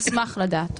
אשמח לדעת.